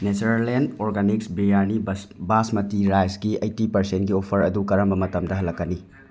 ꯅꯦꯆꯔꯂꯦꯟ ꯑꯣꯔꯒꯥꯅꯤꯛꯁ ꯕꯤꯔꯌꯥꯅꯤ ꯕꯥꯁꯃꯇꯤ ꯔꯥꯏꯁꯀꯤ ꯑꯩꯠꯇꯤ ꯄꯥꯔꯁꯦꯟꯒꯤ ꯑꯣꯐꯔ ꯑꯗꯨ ꯀꯔꯝꯕ ꯃꯇꯝꯗ ꯍꯜꯂꯛꯀꯅꯤ